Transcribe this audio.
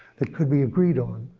that could be agreed on,